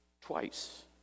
twice